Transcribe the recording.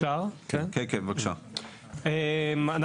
שלום.